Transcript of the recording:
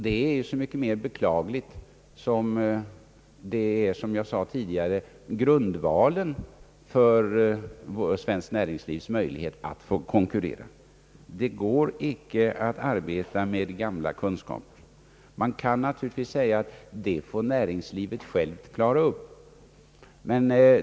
Det är så mycket mer beklagligt som detta, vilket jag tidigare framhållit, är grundvalen för svenskt näringslivs möjlighet att hävda sig i konkurrensen. Det går icke att arbeta med gamla kunskaper. Man kan naturligtvis säga att näringslivet självt får klara upp den saken.